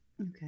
Okay